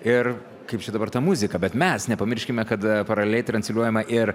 ir kaip čia dabar ta muzikaą bet mes nepamirškime kad paralei transliuojama ir